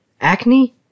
Acne